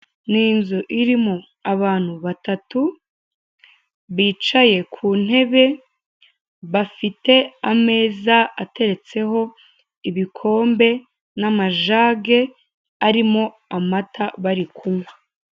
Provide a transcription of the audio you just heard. Ni inzu irimo abantu batatu bicaye ku ntebe, bafite ameza ateretseho ibikombe n'amajage arimo amata bari kunywa.